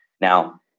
Now